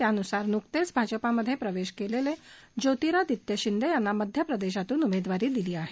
त्यानुसार नुकतेच भाजपमध्येप्रवेश केलेले ज्योतिरादित्य शिंदे यांना मध्यप्रदेशातून उमेदवारी दिली आहे